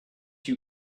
you